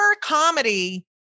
comedy